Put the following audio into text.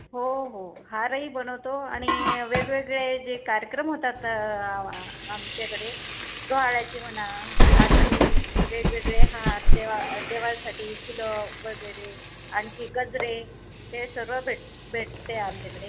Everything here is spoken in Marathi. हो हो हारही बनवतो आणि वेगवेगळे जे कार्यक्रम होतात तर आमच्याकडे गाण्याचे म्हणा आणखी वेगवेगळे हार देवा देवांसाठी फुलं वगैरे आणखी गजरे ते सर्व भेट भेटते आमच्याकडे